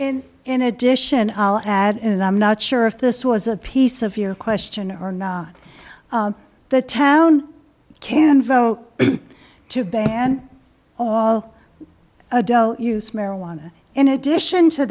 n in addition add in i'm not sure if this was a piece of your question or not the town can vote to ban all adele use marijuana in addition to